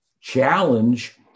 challenge